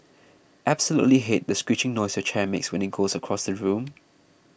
absolutely hate the screeching noise your chair makes when it goes across the room